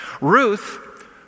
Ruth